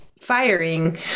firing